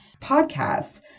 podcasts